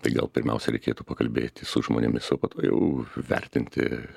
tai gal pirmiausiai reikėtų pakalbėti su žmonėmis o po to jau vertinti